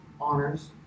honors